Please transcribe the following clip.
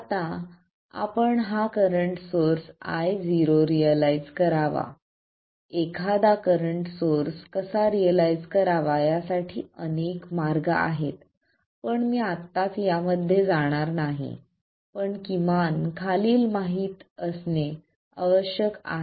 आता आपण हा करंट सोर्स Io रियलाईझ करावा एखादा करंट सोर्स कसा रियलाईझ करावा यासाठी अनेक मार्ग आहेत पण मी आत्ताच यामध्ये जाणार नाही पण किमान खालील माहीत असणे आवश्यक आहे